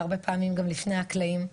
והרבה פעמים גם לפני הקלעים,